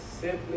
simply